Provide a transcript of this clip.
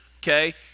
Okay